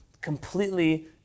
completely